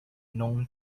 known